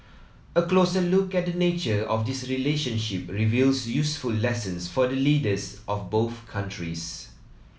a closer look at the nature of this relationship reveals useful lessons for leaders of both countries